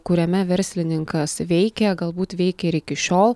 kuriame verslininkas veikė galbūt veikia ir iki šiol